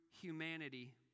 humanity